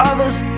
Others